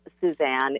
Suzanne